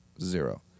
Zero